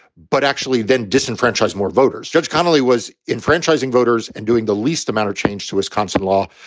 but actually then disenfranchise more voters. judge connerly was enfranchising voters and doing the least amount of change to wisconsin law.